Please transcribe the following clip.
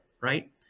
right